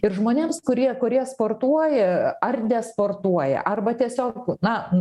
ir žmonėms kurie kurie sportuoja ar nesportuoja arba tiesiog na